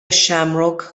seamróg